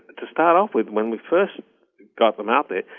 to start off with when we first got them out there,